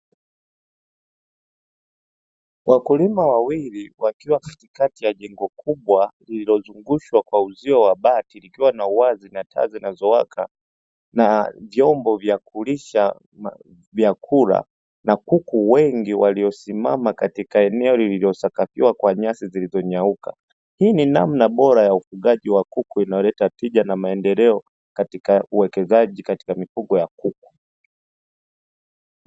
Wakulima wawili wakiwa katikati ya jengo kubwa lililozungushwa kwa uzio wa bati, likiwa na uwazi na taa zinazowaka na vyombo vya kulisha vyakula, na kuku wengi waliosimama katika eneo lililosakafiwa kwa nyasi zilizonyauka. Hii ni namna bora ya ufugaji wa kuku inayoleta tija na maendeleo katika uwekezaji katika mifugo ya kuku.